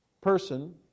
person